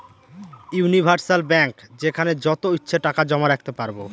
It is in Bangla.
ইউনিভার্সাল ব্যাঙ্ক যেখানে যত ইচ্ছে টাকা জমা রাখতে পারবো